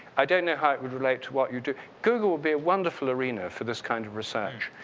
i don't know how it would relate to what you do google would be a wonderful arena for this kind of research.